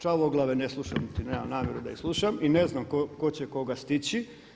Čavoglave ne slušam niti nemam namjeru da ih slušam i ne znam tko će koga stići.